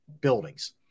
buildings